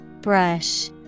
Brush